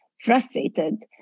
frustrated